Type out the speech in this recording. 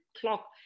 clock